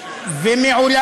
אנשים יקרים, יישוב מיוחד